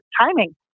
timing